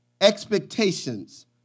expectations